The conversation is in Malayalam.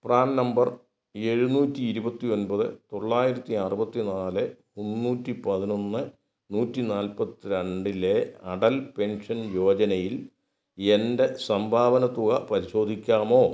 പാൻ നമ്പർ എഴുന്നൂറ്റി ഇരുപത്തി ഒൻപത് തൊള്ളായിരത്തി അറുപത്തി നാല് മുന്നൂറ്റി പതിനൊന്ന് നൂറ്റി നാൽപ്പത്തി രണ്ടിലെ അടൽ പെൻഷൻ യോജനയിൽ എൻ്റെ സംഭാവന തുക പരിശോധിക്കാമോ